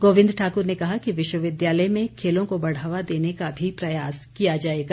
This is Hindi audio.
गोविंद ठाकुर ने कहा कि विश्वविद्यालय में खेलों को बढ़ावा देने का भी प्रयास किया जाएगा